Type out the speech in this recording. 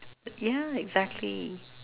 yeah exactly